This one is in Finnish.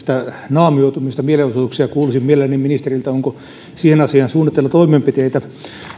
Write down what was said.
naamioitumisesta mielenosoituksissa ja kuulisin mielelläni ministeriltä onko siihen asiaan suunnitteilla toimenpiteitä